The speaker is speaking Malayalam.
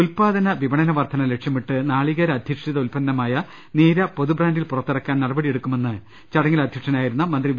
ഉൽപ്പാദന വിപണന വർദ്ധന ലക്ഷ്യമിട്ട് നാളികേര അധിഷ്ഠിത ഉൽപ്പന്നമായ നീര പൊതുബ്രാന്റിൽ പുറത്തിറക്കാൻ നടപടിയെടു ക്കുമെന്ന് ചടങ്ങിൽ അധൃക്ഷനായിരുന്ന മന്ത്രി വി